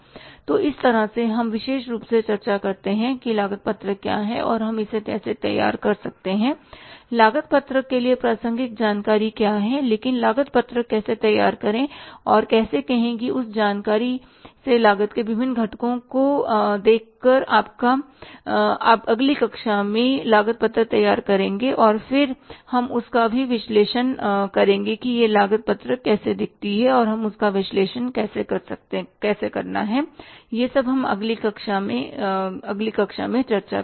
तो इस तरह से हम विशेष रूप से चर्चा करते हैं कि लागत पत्रक क्या है और हम इसे कैसे तैयार कर सकते हैं कि लागत पत्रक के लिए प्रासंगिक जानकारी क्या है लेकिन लागत पत्रक कैसे तैयार करें और कैसे कहें कि इस जानकारी से लागत के विभिन्न घटकों को देखकर अगली कक्षा में लागत पत्रक तैयार करेंगे और फिर हम उसका भी विश्लेषण करेंगे कि वह लागत पत्रक कैसी दिखती है और हमें उसका विश्लेषण कैसे करना है यह सब हम अगली कक्षा में चर्चा करेंगे